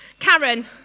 Karen